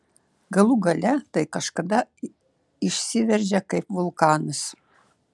galų gale tai kažkada išsiveržia kaip vulkanas